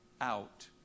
out